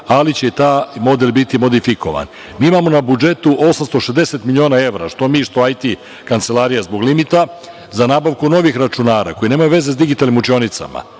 ali će taj model biti modifikovan. Mi imamo na budžetu 860 miliona evra što mi što IT kancelarija zbog limita za nabavku novih računara, koji nemaju veze sa digitalnim učionicama,